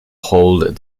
hold